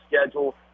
schedule